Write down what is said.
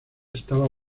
estaba